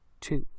two